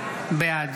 בעד